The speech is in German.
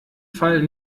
fall